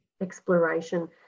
exploration